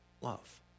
love